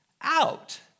out